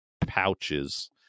pouches